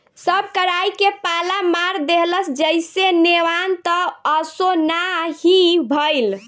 सब कराई के पाला मार देहलस जईसे नेवान त असो ना हीए भईल